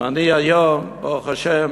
ואני היום, ברוך השם,